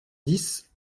dix